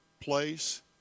place